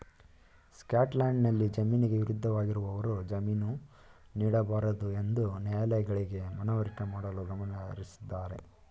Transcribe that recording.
ಸ್ಕಾಟ್ಲ್ಯಾಂಡ್ನಲ್ಲಿ ಜಾಮೀನಿಗೆ ವಿರುದ್ಧವಾಗಿರುವವರು ಜಾಮೀನು ನೀಡಬಾರದುಎಂದು ನ್ಯಾಯಾಲಯಗಳಿಗೆ ಮನವರಿಕೆ ಮಾಡಲು ಗಮನಹರಿಸುತ್ತಾರೆ